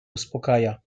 uspokaja